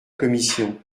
commission